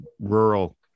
rural